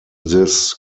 this